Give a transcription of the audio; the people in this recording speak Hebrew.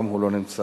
גם הוא לא נמצא,